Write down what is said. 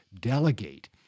delegate